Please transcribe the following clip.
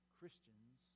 Christians